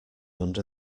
under